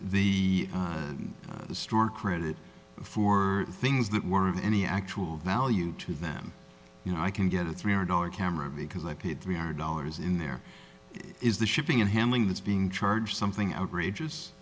the store credit for things that weren't of any actual value to them you know i can get a three hundred dollar camera because i paid three hundred dollars in there is the shipping and handling that's being charged something outrageous